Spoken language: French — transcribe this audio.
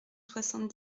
soixante